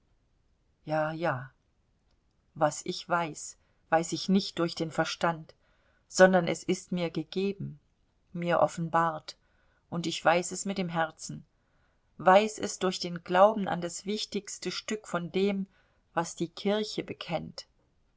ja ja was ich weiß weiß ich nicht durch den verstand sondern es ist mir gegeben mir geoffenbart und ich weiß es mit dem herzen weiß es durch den glauben an das wichtigste stück von dem was die kirche bekennt